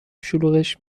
شلوغش